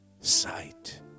sight